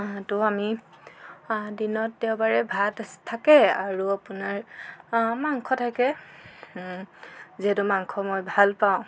ভাতো আমি দিনতে দেওবাৰে ভাত থাকে আৰু আপোনাৰ মাংস থাকে যিহেতু মাংস মই ভাল পাওঁ